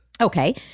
Okay